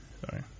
Sorry